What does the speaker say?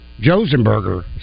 Josenberger